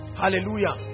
hallelujah